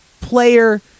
player